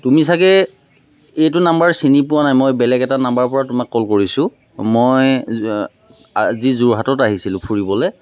তুমি চাগে এইটো নাম্বাৰ চিনি পোৱা নাই মই বেলেগ এটা নাম্বাৰৰ পৰা তোমাক কল কৰিছোঁ মই আজি যোৰহাটত আহিছিলোঁ ফুৰিবলৈ